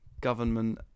government